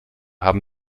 haben